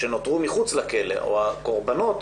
או הקורבנות,